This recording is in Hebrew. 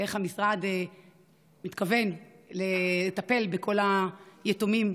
איך המשרד מתכוון לטפל בכל היתומים,